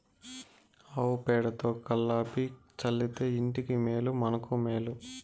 ఆవు పేడతో కళ్లాపి చల్లితే ఇంటికి మేలు మనకు మేలు